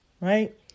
right